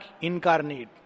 incarnate